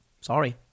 Sorry